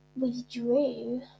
withdrew